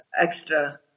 extra